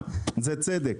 צדקה; זה צדק.